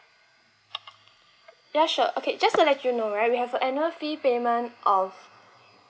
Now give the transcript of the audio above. ya sure okay just to let you know right we have annual fee payment of